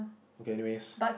okay anyways